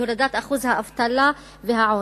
להורדת אחוז האבטלה והעוני,